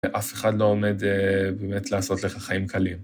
אף אחד לא עומד באמת לעשות לך חיים קלים.